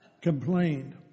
complained